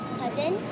cousin